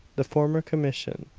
the former commission.